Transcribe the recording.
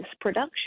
production